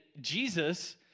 Jesus